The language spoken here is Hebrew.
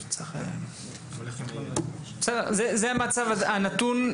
זה המצב הנתון.